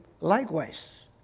likewise